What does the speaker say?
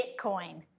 Bitcoin